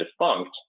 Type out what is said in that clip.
defunct